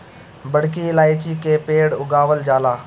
बड़की इलायची के पेड़ उगावल जाला